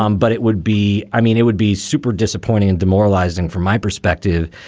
um but it would be. i mean, it would be super disappointing and demoralizing from my perspective,